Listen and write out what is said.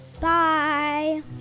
Bye